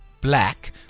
black